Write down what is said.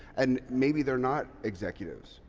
and maybe they're not executives.